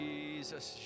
Jesus